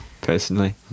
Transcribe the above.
personally